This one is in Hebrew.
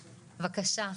בבקשה,